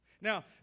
Now